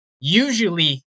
usually